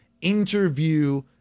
interview